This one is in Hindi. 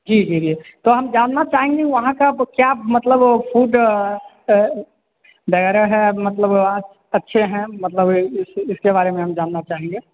जी जी जी तो हम जानना चाहेंगे वहाँ का अब क्या मतलब वह फूड वग़ैरह है मतलब अच्छे हैं मतलब इस इसके बारे में हम जानना चाहेंगे